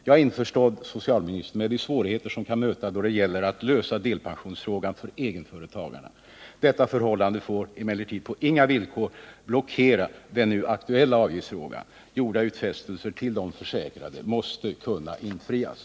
Jag är införstådd, herr socialminister, med de svårigheter som kan möta då det gäller att lösa delpensionsfrågan för egenföretagarna. Detta förhållande får emellertid på inga villkor blockera den nu aktuella avgiftsfrågan. Gjorda utfästelser till de försäkrade måste kunna infrias.